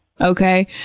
Okay